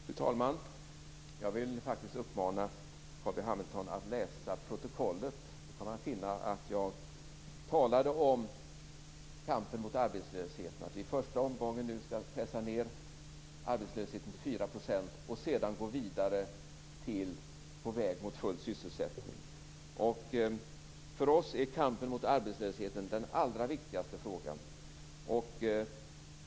Fru talman! Jag vill faktiskt uppmana Carl B Hamilton att läsa protokollet. Då kommer han att finna att jag talade om kampen mot arbetslösheten och om att vi i den första omgången skall pressa ned arbetslösheten till 4 % och sedan gå vidare på vägen mot full sysselsättning. För oss är kampen mot arbetslösheten den allra viktigaste frågan.